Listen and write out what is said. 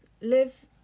Live